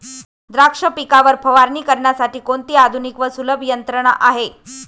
द्राक्ष पिकावर फवारणी करण्यासाठी कोणती आधुनिक व सुलभ यंत्रणा आहे?